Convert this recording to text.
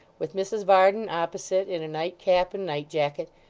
with mrs varden opposite in a nightcap and night-jacket,